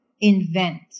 invent